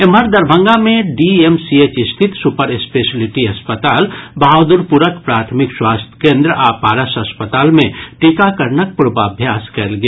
एम्हर दरभंगा मे डीएमसीएच स्थित सुपरस्पेशलिटी अस्पताल बहादुरपुरक प्राथमिक स्वास्थ्य केन्द्र आ पारस अस्पताल मे टीकाकरणक पूर्वाभ्यास कयल गेल